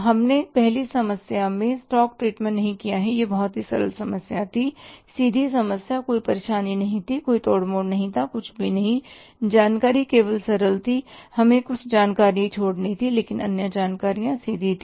हमने पहली समस्या में स्टॉक ट्रीटमेंटनहीं किया है यह बहुत ही सरल समस्या थी सीधी समस्या कोई परेशानी नहीं कोई तोड़ मोड़ नहीं कुछ भी नहीं जानकारी केवल सरल थी हमें कुछ जानकारी छोड़नी थी लेकिन अन्य जानकारी सीधी थी